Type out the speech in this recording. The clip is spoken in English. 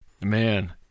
Man